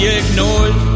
ignored